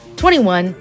21